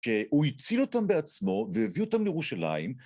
הוא הציל אותם בעצמו, והביא אותם לירושלים.